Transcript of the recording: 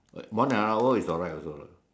one hour is alright also lah